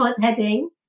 heading